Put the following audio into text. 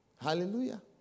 Hallelujah